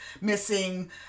missing